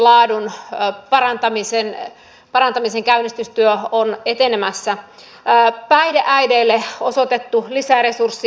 esitänkin budjettialoitteessani että suomeen kehitetään kannustinjärjestelmä houkuttelemaan elokuva ja tv tuotantoja maahan